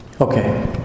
Okay